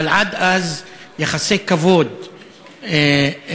אבל עד אז יחסי כבוד לעובד,